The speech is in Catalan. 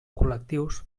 col·lectius